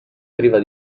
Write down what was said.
priva